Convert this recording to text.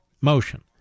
motion